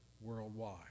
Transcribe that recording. worldwide